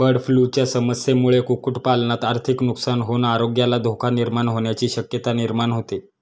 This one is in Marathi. बर्डफ्लूच्या समस्येमुळे कुक्कुटपालनात आर्थिक नुकसान होऊन आरोग्याला धोका निर्माण होण्याची शक्यता निर्माण होते